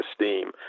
esteem